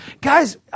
Guys